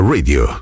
Radio